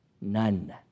None